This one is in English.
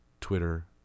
Twitter